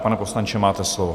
Pane poslanče, máte slovo.